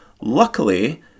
Luckily